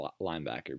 linebacker